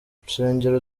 urusengero